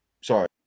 sorry